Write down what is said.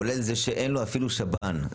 כולל זה שאין לו אפילו שב"ן.